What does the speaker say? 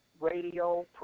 radio